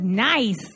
Nice